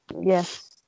Yes